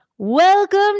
Welcome